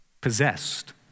possessed